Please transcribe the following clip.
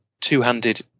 Two-handed